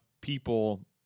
people